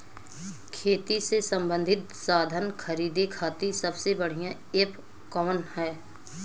खेती से सबंधित साधन खरीदे खाती सबसे बढ़ियां एप कवन ह?